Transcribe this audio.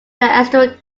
asterisk